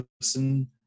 person